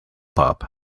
pop